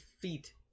Feet